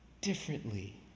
differently